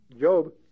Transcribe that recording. Job